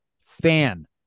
fan